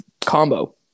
combo